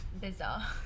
bizarre